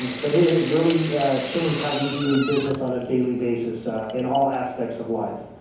but it has really changed how we do business on a daily basis in all aspects of life.